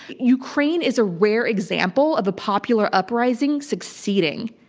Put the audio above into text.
ukraine is a rare example of a popular uprising succeeding.